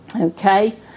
okay